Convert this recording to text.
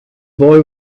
boy